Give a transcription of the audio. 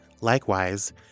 Likewise